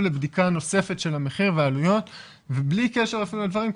לבדיקה נוספת של המחיר והעלויות ובלי קשר אפילו לדברים,